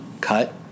cut